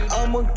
I'ma